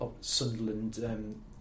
Sunderland